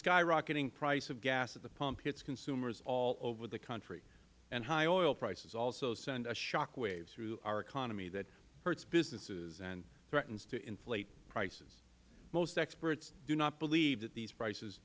skyrocketing price of gas at the pump hits consumers all over the country and high oil prices also send a shock wave through our economy that hurts businesses and threatens to inflate prices most experts do not believe that these prices